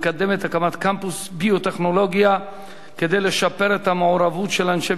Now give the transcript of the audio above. המקדם הקמת קמפוס ביו-טכנולוגיה כדי לשפר את המעורבות של אנשי